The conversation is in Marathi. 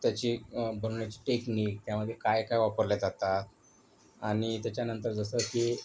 त्याची बनवण्याची टेक्निक त्यामध्ये काय काय वापरल्या जातात आणि त्याच्यानंतर जसं की